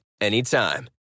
anytime